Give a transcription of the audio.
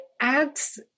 adds